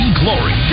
glory